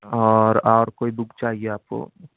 اور اور کوئی بک چاہیے آپ کو